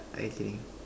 okay